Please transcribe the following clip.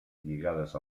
lligades